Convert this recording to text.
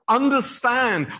understand